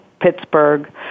Pittsburgh